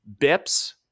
bips